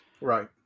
Right